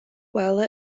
while